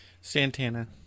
Santana